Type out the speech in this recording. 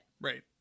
Right